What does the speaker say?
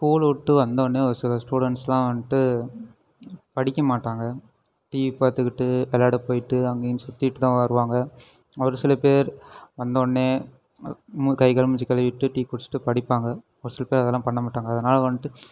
ஸ்கூல்விட்டு வந்தோடனே ஒரு சில ஸ்டூடன்ட்ஸ்லாம் வந்துட்டு படிக்க மாட்டாங்க டிவி பார்த்துகிட்டு விளாட போயிட்டு அங்கே இங்கே சுற்றிட்டுதான் வருவாங்க ஒரு சில பேர் வந்தோடனே கை கால் மூஞ்சி கழுவிட்டு டீ குடித்திட்டு படிப்பாங்க ஒரு சில பேர் அதல்லாம் பண்ண மாட்டாங்க அதனால் வந்துட்டு